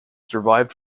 survived